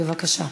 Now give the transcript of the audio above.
בבקשה,